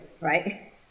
right